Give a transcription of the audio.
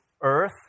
earth